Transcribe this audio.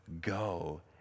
Go